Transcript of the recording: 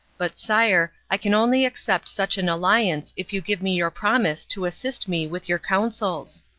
but, sire, i can only accept such an alliance if you give me your promise to assist me with your counsels.